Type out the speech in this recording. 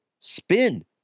spin